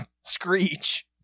Screech